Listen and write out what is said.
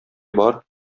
бар